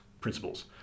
principles